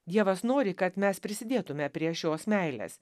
dievas nori kad mes prisidėtume prie šios meilės